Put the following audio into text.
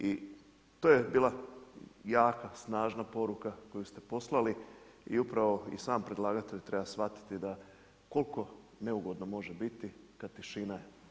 I to je bila jaka, snažna poruka koju ste poslali i upravo i sam predlagatelj treba shvatiti da koliko neugodno može biti ta tišina.